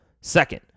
Second